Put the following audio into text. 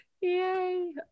Yay